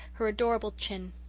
her adorable chin.